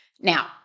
now